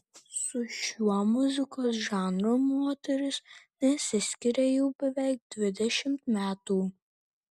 su šiuo muzikos žanru moteris nesiskiria jau beveik dvidešimt metų